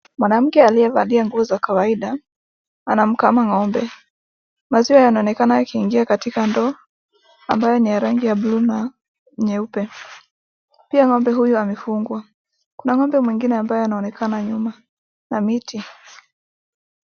Mwanamke aliye valia nguo za kawaida anamkama ng'ombe. Maziwa yanaonekana yakiingia katika ndoo ambayo ni ya rangi ya bluu na nyeupe. Pia ng'ombe huyu amefungwa kuna ng'ombe mwingine ambaye anaonekana nyuma ya miti.